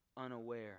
unaware